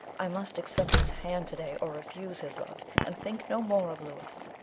i must accept his hand to-day, or refuse his love, and think no more of louis.